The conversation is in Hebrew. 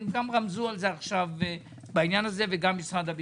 הם גם רמזו על זה עכשיו בעניין הזה וגם משרד הביטחון.